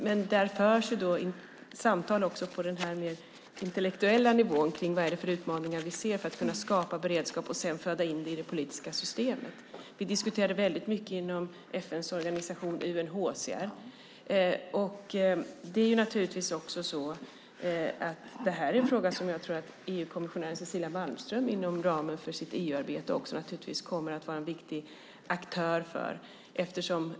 Men där förs samtal också på den här mer intellektuella nivån kring vad det är för utmaningar vi ser för att kunna skapa beredskap och sedan föra in det i det politiska systemet. Vi diskuterade väldigt mycket inom FN:s organisation UNHCR. Det här är naturligtvis också en fråga där jag tror att EU-kommissionären Cecilia Malmström inom ramen för sitt EU-arbete kommer att vara en viktig aktör.